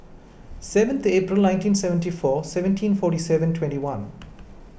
seventy April nineteen seventy four seventeen forty seven twenty one